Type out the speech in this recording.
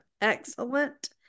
excellent